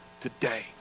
today